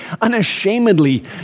unashamedly